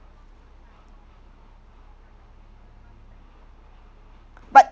but